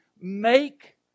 make